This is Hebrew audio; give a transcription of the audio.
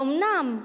האומנם?